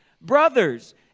brothers